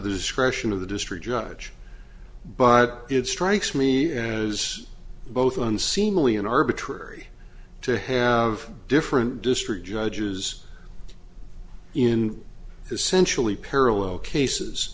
discretion of the district judge but it strikes me as both unseemly an arbitrary to have different district judges in essentially parallel cases